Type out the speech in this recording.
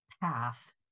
path